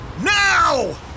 Now